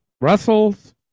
Russell's